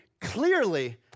clearly